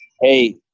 Hey